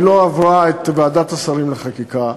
היא לא עברה את ועדת השרים לחקיקה,